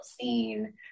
scene